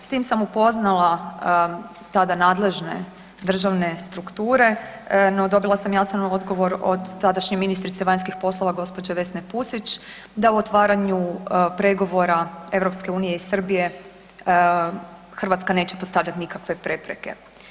S tim sam upoznala tada nadležne državne strukture no dobila sam jasan odgovor od tadašnje ministrice vanjskih poslova gospođe Vesne Pusić da u otvaranju pregovora EU i Srbije, Hrvatska neće postavljati nikakve prepreke.